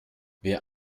wer